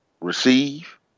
receive